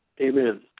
Amen